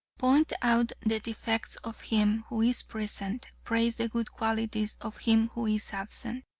point out the defects of him who is present praise the good qualities of him who is absent.